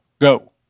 go